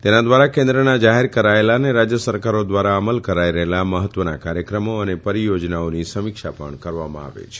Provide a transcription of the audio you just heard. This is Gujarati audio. તેના ધ્વારા કેન્દ્રના જાહેર કરાયેલા અને રાજય સરકારો ધ્વારા અમલ કરાઇ રહેલા મહત્વના કાર્યક્રમો અને પરીયોજનાઓની સમીક્ષા પણ કરવામાં આવે છે